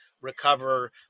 recover